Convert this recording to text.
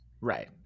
Right